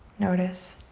notice.